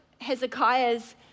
Hezekiah's